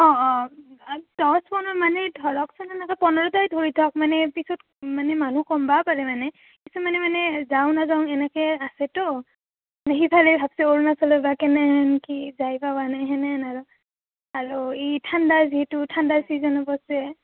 অঁ অঁ দছ পোন্ধৰ মানেই ধৰকচোন এনেকৈ পোন্ধৰটাই ধৰি থওক মানে পিছত মানে মানুহ কমিবও পাৰে মানে কিছুমানে মানে যাওঁ নাযাওঁ এনেকৈ আছেতো মানে সিফালে ভাবিছে অৰুণাচলৰ বা কেনেকুৱা কি যাই পোৱা নাই তেনেকুৱা আৰু আৰু এই ঠাণ্ডা যিহেতু ঠাণ্ডাৰ ছিজনো পৰিছে